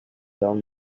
down